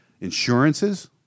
insurances